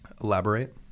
Elaborate